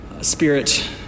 spirit